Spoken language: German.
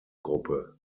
gruppe